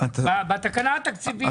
בתקנה התקציבית.